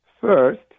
First